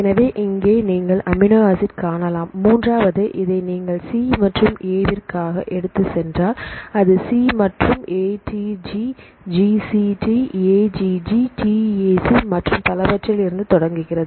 எனவே இங்கே நீங்கள் அமினோ ஆசிட் காணலாம் மூன்றாவது இதை நீங்கள் சி மற்றும் ஏ 4ற்கு எடுத்துச் சென்றால் அது சி ஏ மற்றும் ஏடிஜி ஜிசிடி ஏஜிஜி டிஏசி மற்றும் பலவற்றிலிருந்து தொடங்குகிறது